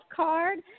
card